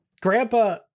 grandpa